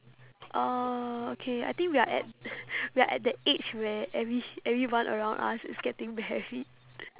oh okay I think we are at we are at that age where every~ everyone around us is getting married